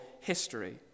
history